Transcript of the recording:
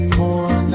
more